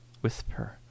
Whisper